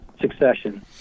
succession